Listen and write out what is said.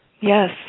Yes